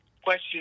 question